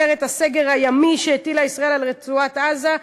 את הסגר הימי שהטילה ישראל על רצועת-עזה,